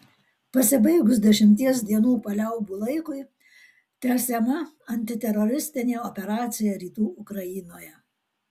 pasibaigus dešimties dienų paliaubų laikui tęsiama antiteroristinė operacija rytų ukrainoje